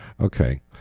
Okay